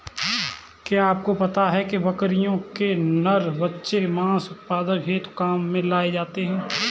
क्या आपको पता है बकरियों के नर बच्चे मांस उत्पादन हेतु काम में लाए जाते है?